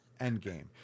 Endgame